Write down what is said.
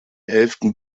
elften